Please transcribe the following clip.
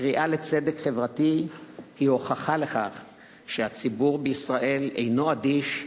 הקריאה לצדק חברתי היא הוכחה לכך שהציבור בישראל אינו אדיש,